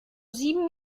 sieben